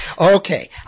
Okay